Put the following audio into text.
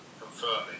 confirming